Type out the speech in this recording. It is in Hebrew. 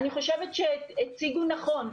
אני חושבת שהציגו נכון.